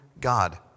God